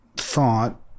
Thought